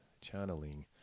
channeling